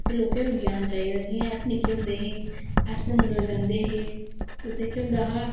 तो लेक रुकी जाना चाहिदा जियां अस निक्के होंदे है अस परमंडल जंदे है उत्थै के होंदा हा